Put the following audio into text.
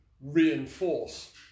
reinforce